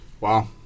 Wow